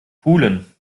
pulen